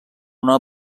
una